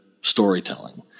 storytelling